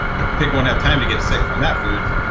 the pig won't have time to get sick from that food.